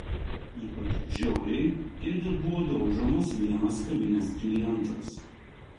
ypač žiauriai kėde buvo daužomas vienas kavinės klientas